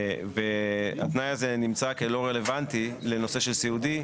והתנאי הזה נמצא כלא רלוונטי לנושא של סיעודי,